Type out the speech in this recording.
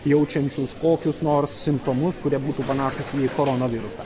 jaučiančius kokius nors simptomus kurie būtų panašūs į koronavirusą